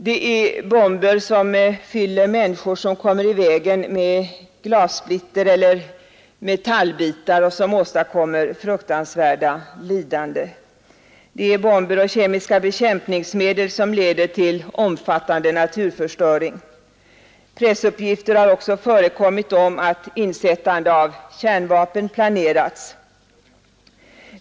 Det är bomber som fyller människor som kommer i vägen med glassplitter och metallbitar och åstadkommer fruktansvärda lidanden. Det är bomber och kemiska bekämpningsmedel som leder till omfattande naturförstöring. Pressuppgifter har också förekommit om att insättande av kärnvapen planerats.